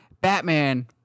Batman